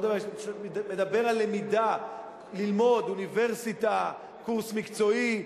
מדבר על למידה, ללמוד, אוניברסיטה, קורס מקצועי.